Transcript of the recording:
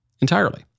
entirely